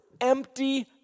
empty